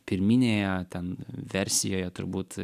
pirminėje ten versijoje turbūt